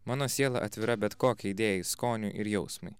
mano siela atvira bet kokiai idėjai skoniui ir jausmui